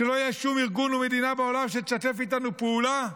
שלא יהיו שום ארגון או מדינה בעולם שישתפו איתנו פעולה?